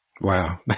Wow